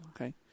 Okay